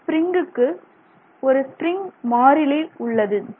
இந்த ஸ்பிரிங்குக்கு ஒரு ஸ்பிரிங் மாறிலி உள்ளது